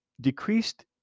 decreased